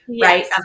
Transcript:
right